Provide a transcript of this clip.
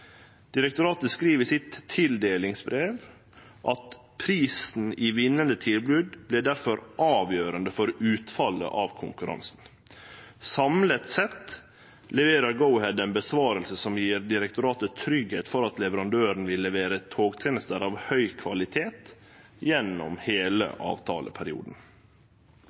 Direktoratet skriv i sitt tildelingsbrev at «prisen i vinnende tilbud ble derfor avgjørende for utfallet av konkurranse. Samlet sett leverer Go-Ahead en besvarelse som gir Direktoratet trygghet for at leverandøren vil levere togtjenester av høy kvalitet gjennom hele avtaleperioden.»